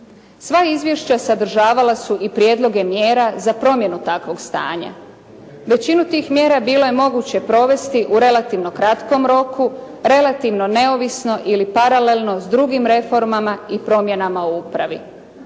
Sva izvješća sadržavala su i prijedloge mjera za promjenu takvog stanja. Većinu tih mjera bilo je moguće provesti u relativno kratkom roku, relativno neovisno ili paralelno s drugim reformama i promjenama u upravi.